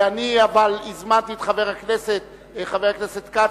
אבל הזמנתי את חבר הכנסת כץ,